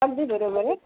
अगदी बरोबर आहे